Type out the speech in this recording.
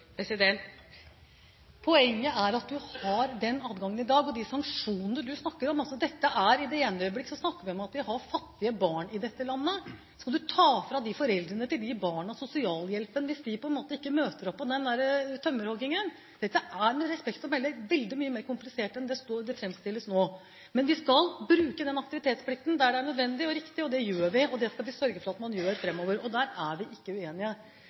Poenget er at man har den adgangen i dag, de sanksjonene representanten snakker om. Vi snakker ofte om at vi har fattige barn i dette landet. Skal man ta fra foreldrene til disse barna sosialhjelpen hvis de ikke møter opp til denne tømmerhoggingen? Dette er, med respekt å melde, veldig mye mer komplisert enn slik det nå framstilles. Men vi skal bruke aktivitetsplikten der det er nødvendig og riktig. Det gjør vi, og det skal vi sørge for at man gjør framover. Der er vi ikke uenige.